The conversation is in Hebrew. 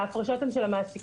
ההפרשות הן של המעסיקים.